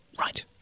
Right